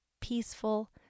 peaceful